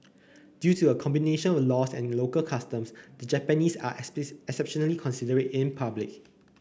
due to a combination of laws and local customs the Japanese are exceptionally considerate in public